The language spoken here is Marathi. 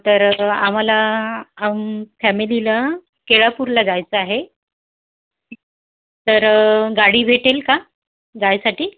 तर आम्हाला फॅमिलीला केळापूरला जायचं आहे तर गाडी भेटेल का जायसाठी